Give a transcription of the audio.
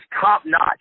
top-notch